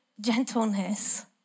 gentleness